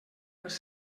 els